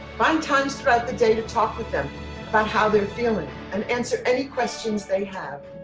find times throughout the day to talk with them about how they're feeling and answer any questions they have.